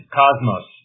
cosmos